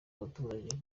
abaturage